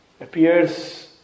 appears